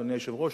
אדוני היושב-ראש,